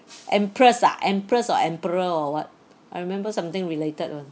empress ah empress or emperor or what I remember something related one